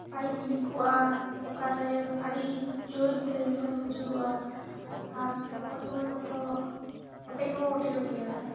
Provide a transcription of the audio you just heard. pipe ᱞᱤᱠᱚᱜᱼᱟ ᱚᱠᱟᱨᱮ ᱟᱹᱰᱤ ᱡᱳᱨᱛᱮ ᱥᱮᱸᱜᱮᱞ ᱡᱩᱞᱩᱜᱼᱟ ᱟᱨ ᱚᱠᱟ ᱥᱚᱢᱚᱭ ᱢᱟᱛᱚ ᱚᱴᱮᱡ ᱦᱚᱸ ᱚᱴᱮᱡᱚᱜ ᱜᱮᱭᱟ